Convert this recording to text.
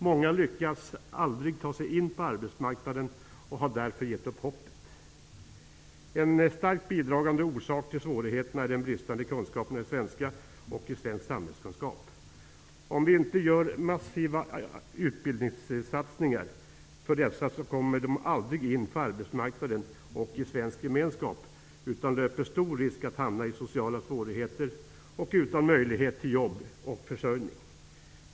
Många lyckas aldrig ta sig in på arbetsmarknaden och har därför gett upp hoppet. En starkt bidragande orsak till svårigheterna är de bristande kunskaperna i svenska och i svensk samhällskunskap. Om vi inte genomför massiva utbildningsinsatser för de här människorna kommer de aldrig in på arbetsmarknaden och i svensk gemenskap utan löper stor risk att hamna i sociala svårigheter utan möjlighet till jobb och försörjning.